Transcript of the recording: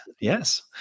yes